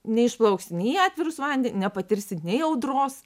neišplauksi nei į atvirus vande nepatirsi nei audros